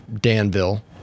Danville